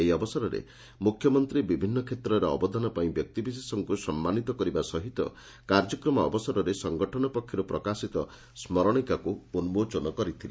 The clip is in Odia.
ଏହି ଅବସରରେ ମୁଖ୍ୟମନ୍ତୀ ବିଭିନ୍ନ କ୍ଷେତ୍ରରେ ଅବଦାନପାଇଁ ବ୍ୟକ୍ତିବିଶେଷଙ୍ଙୁ ସମ୍ମାନିତ କରିବା ସହିତ କାର୍ଯ୍ୟକ୍ରମ ଅବସରରେ ସଙ୍ଗଠନ ପକ୍ଷରୁ ପ୍ରକାଶିତ ସ୍କୁରଶିକା ଉନ୍କୋଚନ କରିଥିଲେ